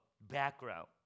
background